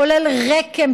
כולל רק"מ,